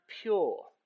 pure